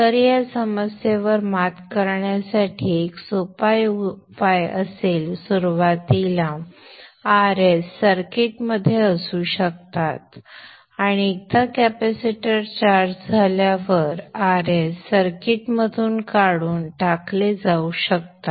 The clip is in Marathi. तर या समस्येवर मात करण्यासाठी एक सोपा उपाय असेल सुरुवातीला Rs सर्किटमध्ये असू शकतात आणि एकदा कॅपेसिटर चार्ज झाल्यावर Rs सर्किटमधून काढून टाकले जाऊ शकतात